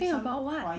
think about what